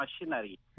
machinery